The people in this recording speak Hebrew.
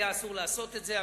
היה אסור לעשות את זה.